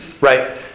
right